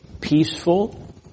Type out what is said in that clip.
peaceful